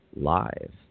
live